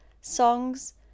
songs